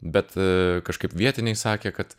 bet kažkaip vietiniai sakė kad